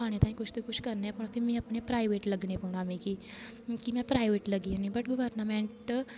खाने तांई कुछ ना कुछ करना गै पोंना फिर में अपने प्राईवेट लगने पौना मिगी कि के में प्राईवेट लग्गी जन्नी गवर्नमैंट